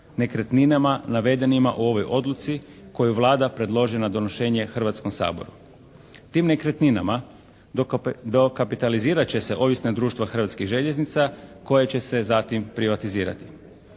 nekretninama navedenima u ovoj odluci koju Vlada predloži na donošenje Hrvatskom saboru. Tim nekretninama dokapitalizirat će se ovisna društva Hrvatskih željeznica koja će se zatim privatizirati.